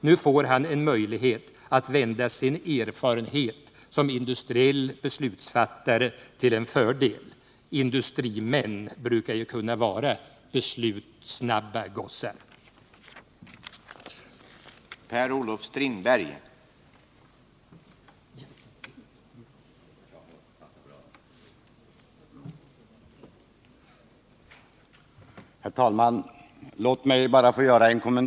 Nu får han en möjlighet att vända sin erfarenhet som industriell beslutsfattare till en fördel. Industrimän brukar ju kunna vara beslutssnabba gossar.